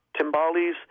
timbales